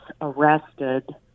arrested